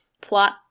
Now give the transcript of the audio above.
plot